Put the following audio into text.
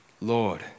Lord